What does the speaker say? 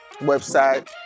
website